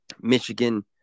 Michigan